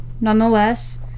nonetheless